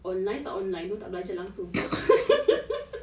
online tak online dorang tak belajar langsung